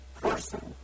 person